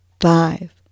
five